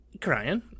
crying